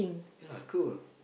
ya cool